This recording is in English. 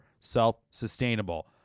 self-sustainable